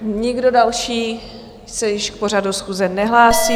Nikdo další se již k pořadu schůze nehlásí.